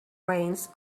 reins